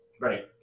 Right